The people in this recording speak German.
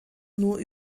nur